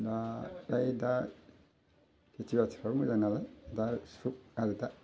दालाय दा खेथि बाथिफ्राबो मोजां नालाय दा सुख आरो दा